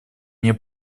мне